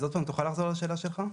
אז עוד פעם תוכל לחזור על השאלה שלך?